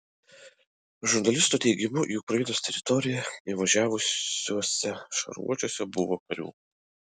žurnalistų teigimu į ukrainos teritoriją įvažiavusiuose šarvuočiuose buvo karių